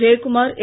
Jayakumar என்